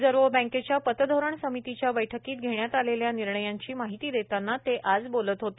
reserve बँकेच्या पतधोरण समितीच्या बैठकीत घेण्यात आलेल्या निर्णयांची माहिती देताना ते आज बोलत होते